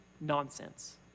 nonsense